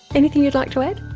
anything you'd like to add?